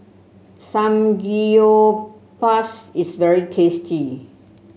Samgeyopsal is very tasty